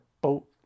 boat